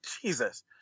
Jesus